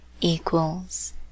equals